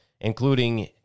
including